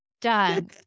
Done